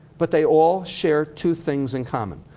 but they all share two things in common.